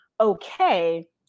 Okay